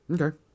Okay